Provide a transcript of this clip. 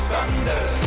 Thunder